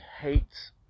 hates